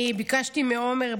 אני ביקשתי מעומר,